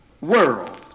world